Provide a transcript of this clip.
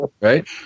Right